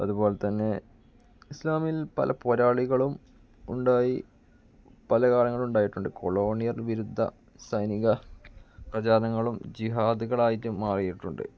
അതുപോലെ തന്നെ ഇസ്ലാമിൽ പല പോരാളികളും ഉണ്ടായി പല കാലങ്ങളുണ്ടായിട്ടുണ്ട് കൊളോണിയൽ വിരുദ്ധ സൈനിക പ്രചരണങ്ങളും ജിഹാദുകളായിട്ട് മാറിയിട്ടുണ്ട്